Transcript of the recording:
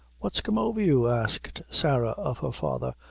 what's come over you? asked sarah of her father,